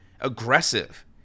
aggressive